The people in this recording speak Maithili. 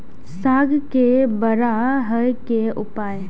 साग के बड़ा है के उपाय?